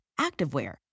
activewear